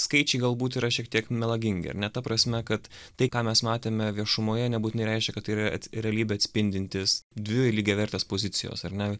skaičiai galbūt yra šiek tiek melagingi ar ne ta prasme kad tai ką mes matėme viešumoje nebūtinai reiškia kad tai yra realybę atspindintis dvi lygiavertės pozicijos ar ne